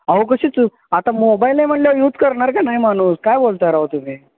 अहो कशीच आता मोबाईल आहे म्हटल्यावर यूज करणार का नाही माणूस काय बोलत आहे राव तुम्ही